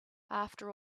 after